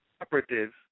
operatives